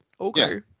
okay